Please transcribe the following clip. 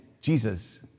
Jesus